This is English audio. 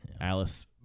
Alice